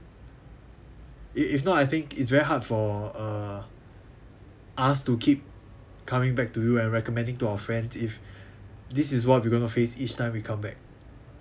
if if not I think it's very hard for uh us to keep coming back to you and recommending to our friend if this is what we're going to face each time we come back